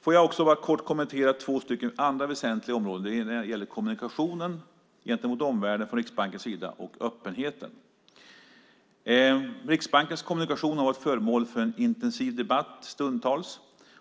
Får jag också kort kommentera två andra väsentliga områden - kommunikationen gentemot omvärlden från Riksbankens sida och öppenheten. Riksbankens kommunikation har varit föremål för en stundtals intensiv debatt,